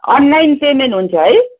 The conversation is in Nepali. अनलाइन पेमेन्ट हुन्छ है